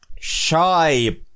Shy